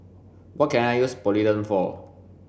what can I use Polident for